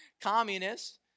Communists